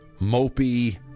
mopey